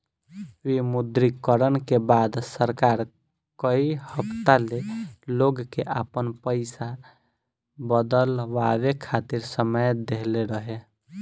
विमुद्रीकरण के बाद सरकार कई हफ्ता ले लोग के आपन पईसा बदलवावे खातिर समय देहले रहे